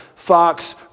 Fox